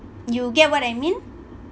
you get what I mean